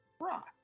rock